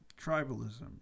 Tribalism